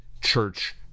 church